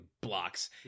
blocks